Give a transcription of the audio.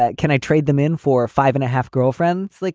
ah can i trade them in four or five and a half? girlfriends? like